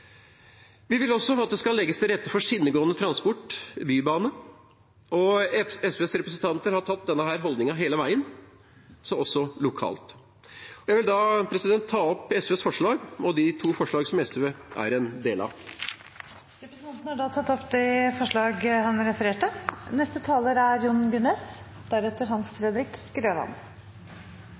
Vi vil også at det skal legges til rette for skinnegående transport, bybane. SVs representanter har hatt denne holdningen hele tiden, også lokalt. Jeg vil ta opp SVs forslag og anbefale det forslaget der SV er medforslagsstiller. Representanten Arne Nævra har tatt opp det forslaget han refererte til. Dette veisambandet er